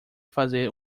fazer